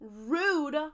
Rude